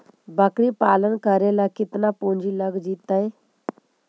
बकरी पालन करे ल केतना पुंजी लग जितै?